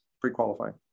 pre-qualifying